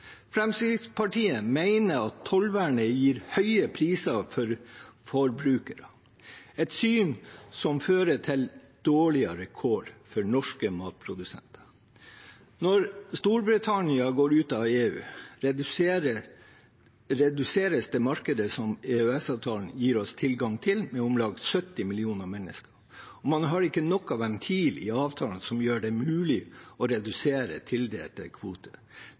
Fremskrittspartiet mener at tollvernet gir høye priser for forbrukerne – et syn som fører til dårligere kår for norske matprodusenter. Når Storbritannia går ut av EU, reduseres det markedet som EØS-avtalen gir oss tilgang til, med om lag 70 millioner mennesker, og man har ikke noen ventil i avtalen som gjør det mulig å redusere tildelte